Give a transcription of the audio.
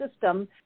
system